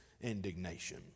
indignation